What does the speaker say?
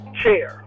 chair